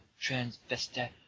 Transvestite